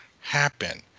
happen